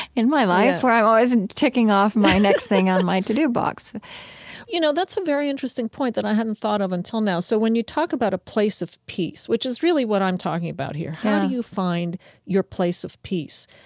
in my life where i'm always and ticking off my next thing on my to-do box you know, that's a very interesting point that i hadn't thought of until now. so when you talk about a place of peace, which is really what i'm talking about here, how do you find your place of peace?